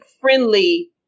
friendly